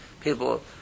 people